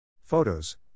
Photos